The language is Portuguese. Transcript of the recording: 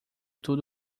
tudo